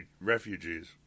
refugees